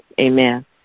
amen